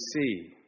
see